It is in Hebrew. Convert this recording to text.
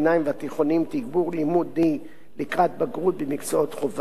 והתיכוניים תגבור לימודי לקראת בגרות במקצועות חובה.